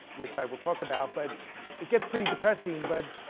which i will talk about. but it gets pretty depressing but